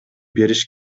бериш